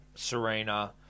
Serena